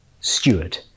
steward